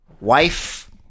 Wife